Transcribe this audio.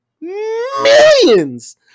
millions